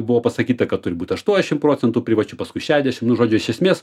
buvo pasakyta kad turi būt aštuoniašim procentų privačių paskui šedešim nu žodžiu iš esmės